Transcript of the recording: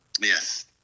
Yes